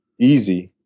easy